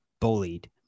bullied